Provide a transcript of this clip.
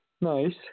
Nice